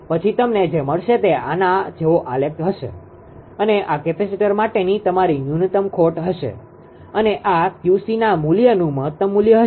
પછી તમને જે મળશે તે આના જેવો આલેખ હશે અને આ કેપેસિટર માટેની તમારી ન્યૂનતમ ખોટ હશે અને આ 𝑄𝐶ના મૂલ્યનું મહત્તમ મૂલ્ય હશે